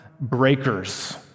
breakers